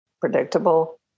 predictable